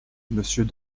monsieur